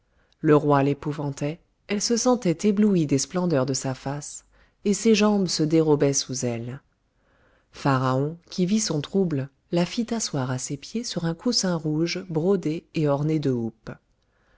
le roi l'épouvantait elle se sentait éblouie des splendeurs de sa face et ses jambes se dérobaient sous elle pharaon qui vit son trouble la fit asseoir à ses pieds sur un coussin rouge brodé et orné de houppes